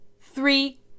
Three